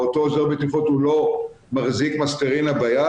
אותו עוזר בטיחות, הוא לא מחזיק מסטרינה ביד.